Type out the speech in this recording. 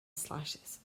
slashes